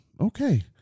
Okay